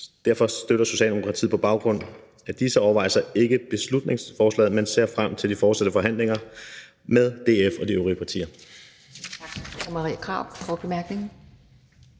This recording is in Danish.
støtter Socialdemokratiet ikke beslutningsforslaget, men ser frem til de fortsatte forhandlinger med DF og de øvrige partier.